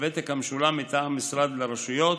הוותק המשולם מטעם משרד הרשויות